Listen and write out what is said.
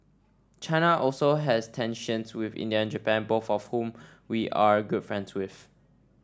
China also has tensions with India and Japan both of whom we are good friends with